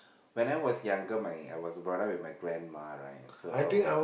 when I was younger my I was brought up with my grandma right so I